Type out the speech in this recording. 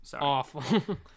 awful